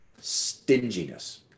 stinginess